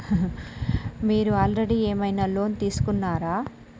మీరు ఆల్రెడీ ఏమైనా లోన్ తీసుకున్నారా?